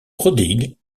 prodigue